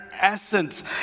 essence